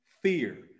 fear